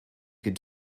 could